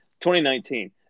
2019